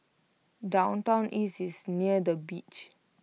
downtown east is near the beach